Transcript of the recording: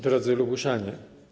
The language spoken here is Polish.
Drodzy Lubuszanie!